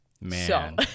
man